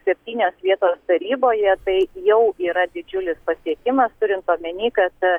septynios vietos taryboje tai jau yra didžiulis pasiekimas turint omeny kad